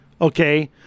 okay